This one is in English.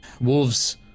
Wolves